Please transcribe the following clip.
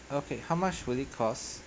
okay how much will it cost